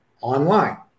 online